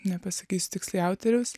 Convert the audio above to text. nepasakysiu tiksliai autoriaus